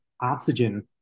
oxygen